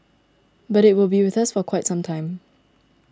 but it will be with us for quite some time